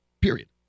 Period